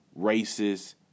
racist